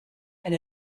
and